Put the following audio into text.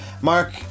Mark